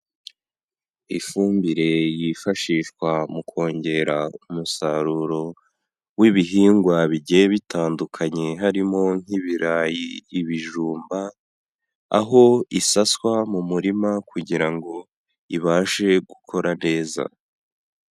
Ifumbire yifashishwa mu kongera umusaruro w'ibihingwa bigiye bitandukanye, harimo nk'ibirayi, ibijumba aho isaswa mu murima kugira ngo ibashe gukora neza.